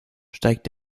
steigt